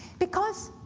because